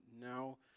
now